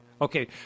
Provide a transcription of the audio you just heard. okay